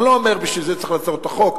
אני לא אומר שבשביל זה צריך לעצור את החוק.